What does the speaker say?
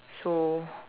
so